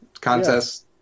contests